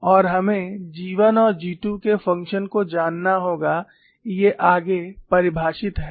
और हमें G1 और G2 के फंक्शन को जानना होगा ये आगे परिभाषित हैं